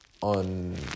on